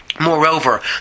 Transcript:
Moreover